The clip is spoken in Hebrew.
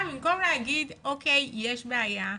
במקום להגיד אוקיי, יש בעיה,